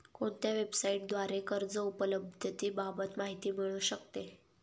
कोणत्या वेबसाईटद्वारे कर्ज उपलब्धतेबाबत माहिती मिळू शकते?